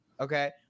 okay